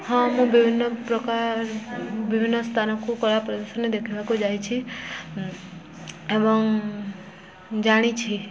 ହଁ ମୁଁ ବିଭିନ୍ନ ପ୍ରକାର ବିଭିନ୍ନ ସ୍ଥାନକୁ କଳା ପ୍ରଦର୍ଶନୀ ଦେଖିବାକୁ ଯାଇଛି ଏବଂ ଜାଣିଛି